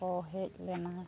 ᱠᱚ ᱦᱮᱡ ᱞᱮᱱᱟ